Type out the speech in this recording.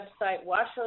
website